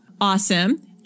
awesome